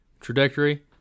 trajectory